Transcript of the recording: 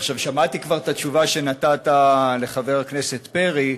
עכשיו, שמעתי כבר את התשובה שנתת לחבר הכנסת פרי.